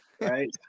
right